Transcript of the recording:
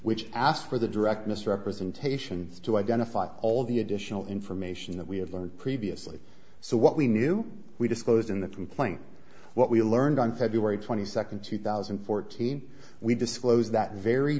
which asked for the direct misrepresentations to identify all the additional information that we had learned previously so what we knew we disclosed in the complaint what we learned on february twenty second two thousand and fourteen we disclose that very